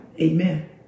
Amen